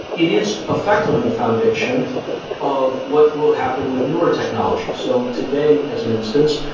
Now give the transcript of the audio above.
it is effectively the foundation of what will happen with newer technologies. so today, as an instance,